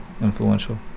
Influential